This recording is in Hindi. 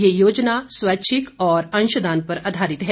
ये योजना स्वैच्छिक और अंशदान पर आधारित है